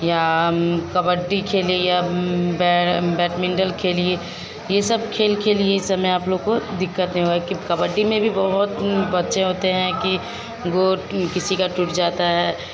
या कबड्डी खेलिए या बे बैडमिंटन खेलिए ये सब खेल खेलिए इस समय आप लोग को दिक़्क़त नहीं होए कि कबड्डी में भी बहुत बच्चे होते हैं कि वह किसी का टूट जाता है